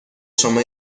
شما